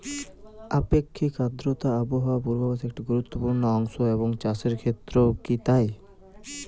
আপেক্ষিক আর্দ্রতা আবহাওয়া পূর্বভাসে একটি গুরুত্বপূর্ণ অংশ এবং চাষের ক্ষেত্রেও কি তাই?